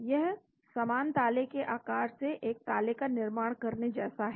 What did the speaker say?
यह समान ताले के आकार से एक ताले का निर्माण करने जैसा है